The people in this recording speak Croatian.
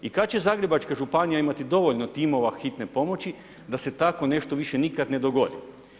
I kad će Zagrebačka županija imati dovoljno timova hitne pomoći da se tako nešto više nikad ne dogodi?